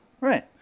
Right